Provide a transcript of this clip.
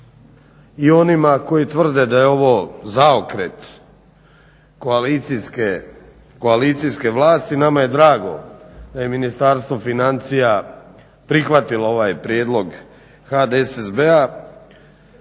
i onima koji tvrde da je ovo zaokret koalicijske vlasti. Nama je drago da je Ministarstvo financija prihvatilo ovaj prijedlog HDSSB-a